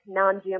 non-GMO